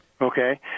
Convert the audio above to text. Okay